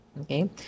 Okay